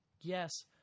Yes